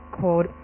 called